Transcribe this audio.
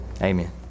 Amen